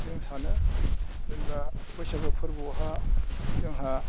जोङो सानो जेनेबा बैसागु फोरबोआवहाय जोंहा